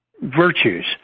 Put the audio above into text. virtues